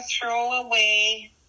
throwaway